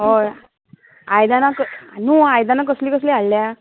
हय आयदनां न्हू आयदनां कसलीं कसलीं हाडल्या